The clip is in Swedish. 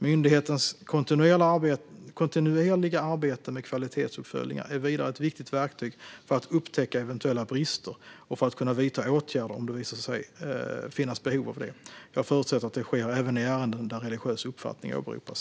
Myndighetens kontinuerliga arbete med kvalitetsuppföljningar är vidare ett viktigt verktyg för att upptäcka eventuella brister och för att kunna vidta åtgärder om det visar sig finnas behov av det. Jag förutsätter att det sker även i ärenden där religiös uppfattning åberopas.